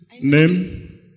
name